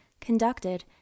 conducted